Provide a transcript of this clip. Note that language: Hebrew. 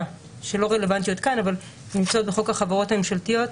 שלא רלוונטיות כאן אבל נמצאות בחוק החברות הממשלתיות,